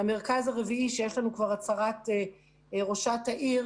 המרכז הרביעי- ויש לנו הצהרת ראשת העיר